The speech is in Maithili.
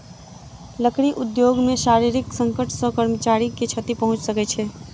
लकड़ी उद्योग मे शारीरिक संकट सॅ कर्मचारी के क्षति पहुंच सकै छै